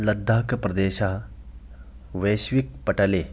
लद्दाखप्रदेशे वेश्विकपटले